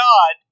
God